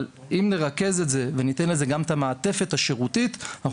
אבל אם נרכז את זה וניתן לזה גם את המעטפת השירותית אנחנו